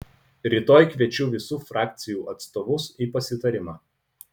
rytoj kviečiu visų frakcijų atstovus į pasitarimą